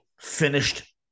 finished